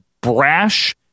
brash